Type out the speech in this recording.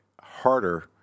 harder